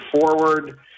forward